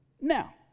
Now